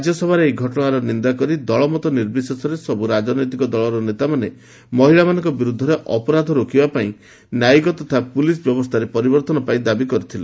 ରାଜ୍ୟସଭାରେ ଏହି ଘଟଣାର ନିନ୍ଦା କରି ଦଳ ନିର୍ବିଶେଷରେ ସବୁ ରାଜନୈତିକ ଦଳର ନେତାମାନେ ମହିଳାମାନଙ୍କ ବିରୁଦ୍ଧରେ ଅପରାଧ ରୋକିବା ପାଇଁ ନ୍ୟାୟିକ ତଥା ପୁଲିସ୍ ବ୍ୟବସ୍ଥାରେ ପରିବର୍ତ୍ତନ ପାଇଁ ଦାବି କରିଥିଲେ